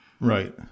right